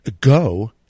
go